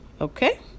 Okay